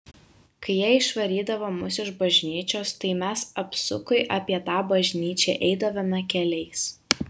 kai jie išvarydavo mus iš bažnyčios tai mes apsukui apie tą bažnyčią eidavome keliais